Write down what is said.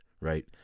right